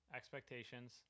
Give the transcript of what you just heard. expectations